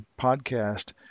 podcast